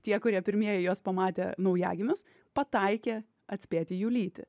tie kurie pirmieji juos pamatė naujagimius pataikė atspėti jų lytį